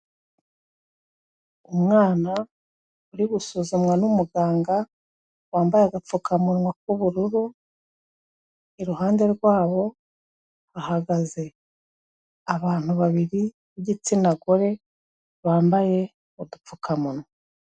Umwana uri gusuzumwa n'umuganga wambaye agapfukamunwa k'ubururu, iruhande rwabo hahagaze abantu babiri b'igitsina gore bambaye udupfukamunwa.